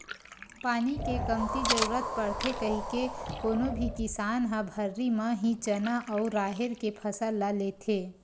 पानी के कमती जरुरत पड़थे कहिके कोनो भी किसान ह भर्री म ही चना अउ राहेर के फसल ल लेथे